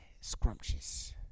scrumptious